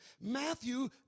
Matthew